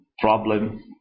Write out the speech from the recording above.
problem